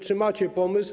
Czy macie pomysł?